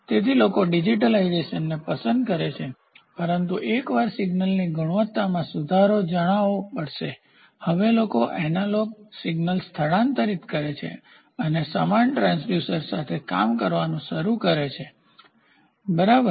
તેથી લોકો ડિજિટાઇઝેશનને પસંદ કરે છે પરંતુ એકવાર સિગ્નલની ગુણવત્તામાં સુધારો જાણવો પડશે હવે લોકો એનાલોગ સિગ્નલ સ્થાનાંતરિત કરે છે અને સમાન ટ્રાન્સડ્યુસર સાથે કામ કરવાનું શરૂ કરે છે બરાબર